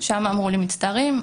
שם אמרו לי: מצטערים,